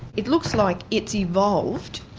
it looks like it's evolved.